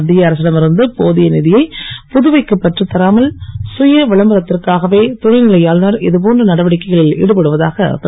மத்திய அரசிடம் இருந்து போதிய நிதியை புதுவைக்கு பெற்றுத் தராமல் கய விளம்பரத்திற்காகவே துணைநிலை ஆளுநர் இது போன்ற நடவடிக்கைகளில் ஈடுபடுவதாக திரு